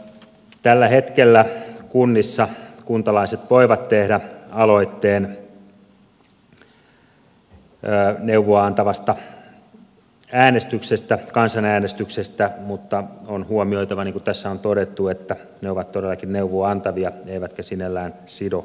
tällä hetkellä kunnissa kuntalaiset voivat tehdä aloitteen neuvoa antavasta kansanäänestyksestä mutta on huomioitava niin kuin tässä on todettu että ne ovat todellakin neuvoa antavia eivätkä sinällään sido valtuustoa